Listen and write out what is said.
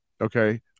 okay